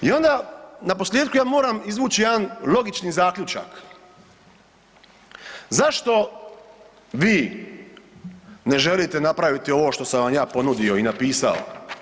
I onda naposljetku ja moramo izvući jedan logični zaključak, zašto vi ne želite napraviti ovo što sam vam ja ponudio i napisao?